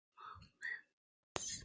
movements